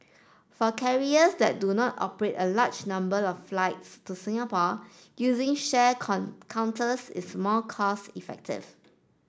for carriers that do not operate a large number of flights to Singapore using shared counters is more cost effective